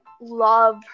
love